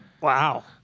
Wow